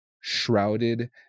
shrouded